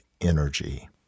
energy